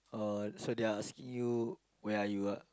oh so they're asking you where are you ah